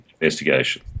investigation